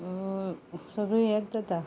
सगळीं हेंच जाता